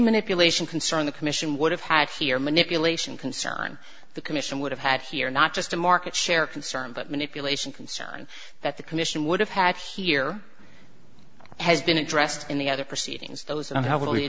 manipulation concern the commission would have had here manipulation concern the commission would have had here not just a market share concern but manipulation concern that the commission would have had here has been addressed in the other proceedings those and how w